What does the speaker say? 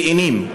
תאנים,